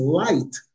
light